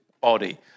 body